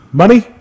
money